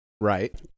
Right